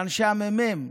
לעשרות אנשי הממ"מ,